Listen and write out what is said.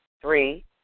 Three